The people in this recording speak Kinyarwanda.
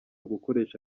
gukoresha